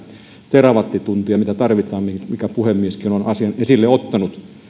terawattituntia mitä tarvitaan minkä asian puhemieskin on esille ottanut